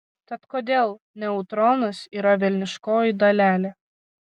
tad kodėl neutronas yra velniškoji dalelė